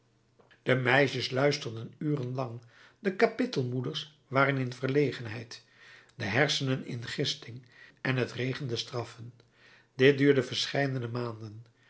de meisjes luisterden uren lang de kapittelmoeders waren in verlegenheid de hersenen in gisting en het regende straffen dit duurde verscheidene maanden